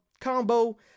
combo